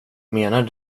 menar